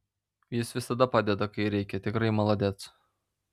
jis visada padeda kai reikia tikrai maladėc